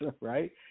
right